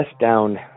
down